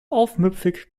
aufmüpfig